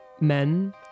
men